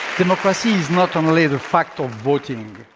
democracy is not um only the fact of voting.